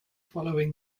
following